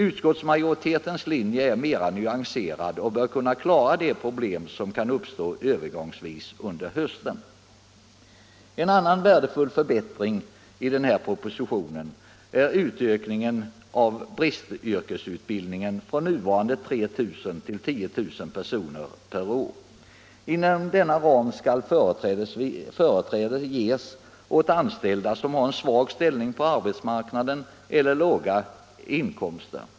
Utskottsmajoritetens förslag är mera nyanserat och bör kunna klara de problem som kan uppstå övergångsvis under hösten. En annan värdefull förbättring i propositionen är utökningen av bristyrkesutbildningens omfattning från nuvarande 3 000 till 10 000 personer per år. Inom denna ram skall företräde ges åt anställda som har en svag ställning på arbetsmarknaden eller låga inkomster.